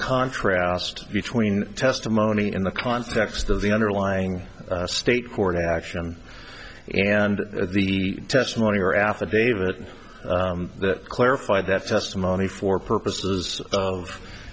contrast between testimony in the context of the underlying state court action and the testimony or affidavit that clarified that testimony for purposes of